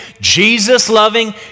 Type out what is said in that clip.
Jesus-loving